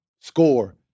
score